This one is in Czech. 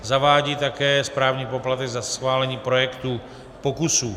Zavádí také správní poplatek za schválení projektu pokusů.